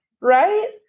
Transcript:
right